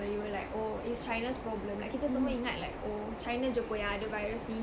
we were like oh it's china's problem like kita semua ingat like oh china jer apa yang ada virus ni